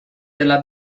della